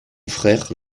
frère